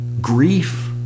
grief